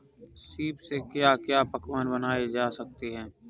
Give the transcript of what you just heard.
सीप से क्या क्या पकवान बनाए जा सकते हैं?